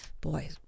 boy